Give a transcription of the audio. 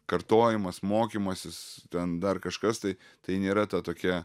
kartojimas mokymasis ten dar kažkas tai tai nėra ta tokia